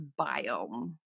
biome